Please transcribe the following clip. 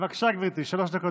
בבקשה, גברתי, שלוש דקות